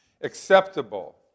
Acceptable